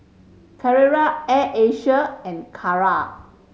Carrera Air Asia and Kara